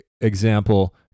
Example